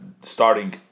starting